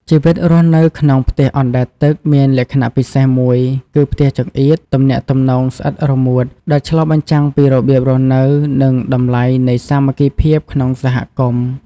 ជីវិតរស់នៅក្នុងផ្ទះអណ្ដែតទឹកមានលក្ខណៈពិសេសមួយគឺ "ផ្ទះចង្អៀត ទំនាក់ទំនងស្អិតរមួត" ដែលឆ្លុះបញ្ចាំងពីរបៀបរស់នៅ និងតម្លៃនៃសាមគ្គីភាពក្នុងសហគមន៍។